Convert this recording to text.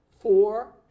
four